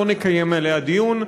לא נקיים עליה דיון,